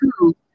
two